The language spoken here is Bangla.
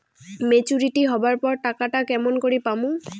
মেচুরিটি হবার পর টাকাটা কেমন করি পামু?